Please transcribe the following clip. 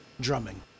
drumming